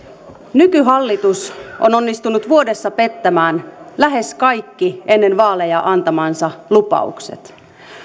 nykyhallitus on onnistunut vuodessa pettämään lähes kaikki ennen vaaleja antamansa lupaukset